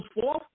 fourth